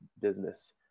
business